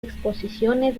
exposiciones